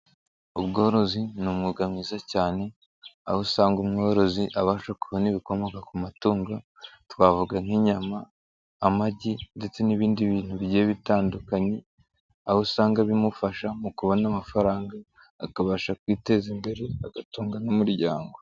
Ubworozi ni umwuga mwiza cyane, aho usanga umworozi abasha kubona n'ibikomoka ku matungo twavuga nk'inyama, amagi ndetse n'ibindi bintu bigiye bitandukanye, aho usanga bimufasha mu kubona amafaranga akabasha kwiteza imbere agatunga n'umuryango.